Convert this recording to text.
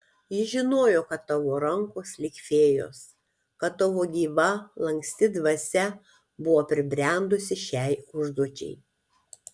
ji žinojo kad tavo rankos lyg fėjos kad tavo gyva lanksti dvasia buvo pribrendusi šiai užduočiai